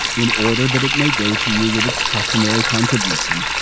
in order that it may go to you with its customary contribution,